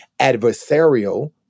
adversarial